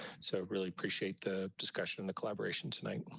so really appreciate the discussion in the collaboration tonight.